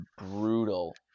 brutal